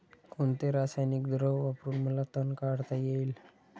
कोणते रासायनिक द्रव वापरून मला तण काढता येईल?